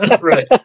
Right